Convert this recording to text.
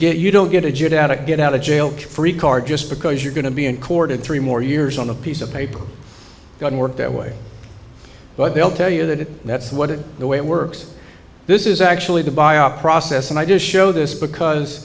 of get out of jail free card just because you're going to be in court in three more years on a piece of paper doesn't work that way but they'll tell you that that's what it the way it works this is actually to buy a process and i just show this because